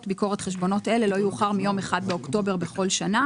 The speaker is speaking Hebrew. ביקורת חשבונות אלה לא יאוחר מיום 1 באוקטובר בכל שנה.